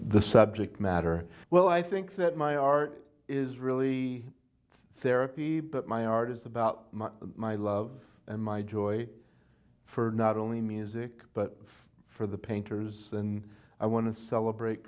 the subject matter well i think that my art is really therapy but my art is about my love and my joy for not only music but for the painters and i want to celebrate